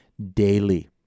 daily